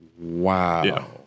Wow